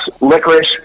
licorice